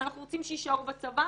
אנחנו רוצים שיישארו בצבא,